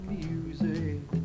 music